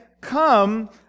come